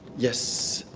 yes,